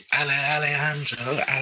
Alejandro